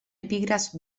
epígrafs